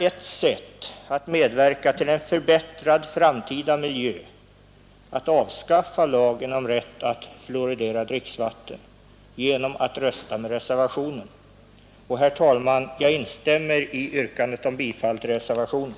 Ett sätt att medverka till en förbättrad framtida miljö kan vara att avskaffa lagen om rätt att fluoridera dricksvatten genom att rösta med reservationen. Herr talman! Jag instämmer i yrkandet om bifall till reservationen.